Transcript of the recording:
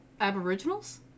Aboriginals